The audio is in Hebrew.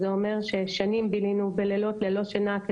וזה אומר שבמשך שנים בילינו בלילות ללא שינה,